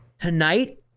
Tonight